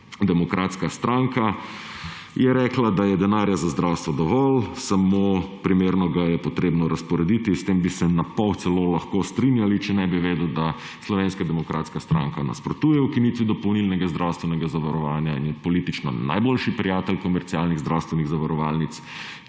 demokratska stranka je rekla, da je denarja za zdravstvo dovolj, samo primerno ga je treba razporediti. S tem bi se napol celo lahko strinjali, če ne bi vedeli, da Slovenska demokratska stranka nasprotuje ukinitvi dopolnilnega zdravstvenega zavarovanja in je politično najboljši prijatelj komercialnih zdravstvenih zavarovalnic,